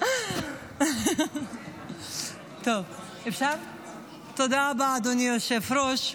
תודה רבה, אדוני היושב-ראש.